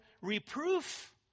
reproof